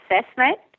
assessment